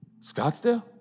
Scottsdale